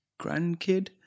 grandkid